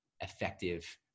effective